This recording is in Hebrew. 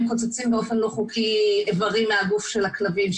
קוצצים באופן לא חוקי איברים מהגוף של הכלבים,